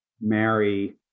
marry